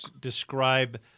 Describe